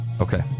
Okay